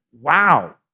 wow